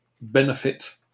benefit